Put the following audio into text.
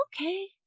okay